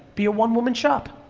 be a one woman show.